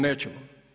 Nećemo.